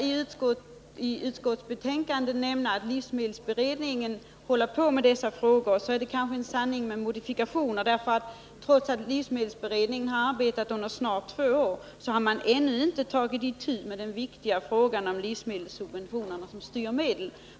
I utskottsbetänkandet nämns att livsmedelsberedningen arbetar med dessa frågor, men det är kanske en sanning med modifikation. Trots att livsmedelsberedningen har arbetat med dessa frågor i snart två år har man nämligen ännu inte tagit itu med den viktiga frågan om livsmedelssubventionerna som styrmedel.